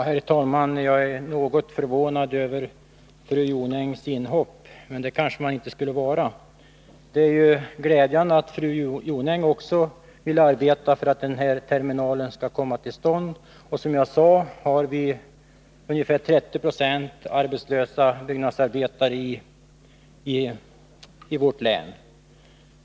Herr talman! Jag är något förvånad över fru Jonängs inhopp, men det är ju glädande att också fru Jonäng vill arbeta för att postterminalen i Bollnäs skall komma till stånd. Som jag sade är ungefär 30 90 av byggnadsarbetarna i vårt län arbetslösa.